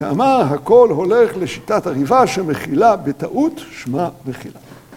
נאמר הכל הולך לשיטת הריב"א שמחילה בטעות שמה מחילה.